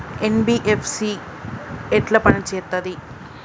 NBFC ఎట్ల పని చేత్తది?